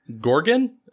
Gorgon